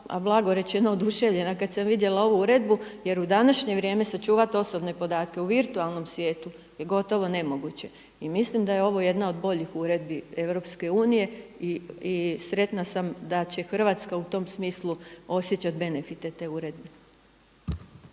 a blago rečeno oduševljena kada sam vidjela ovu uredbu jer u današnje vrijeme sačuvati osobne podatke u virtualnom svijetu je gotovo nemoguće. I mislim da je ovo jedna od boljih uredbi EU i sretna sam da će Hrvatska u tom smislu osjećati benefite te uredbe.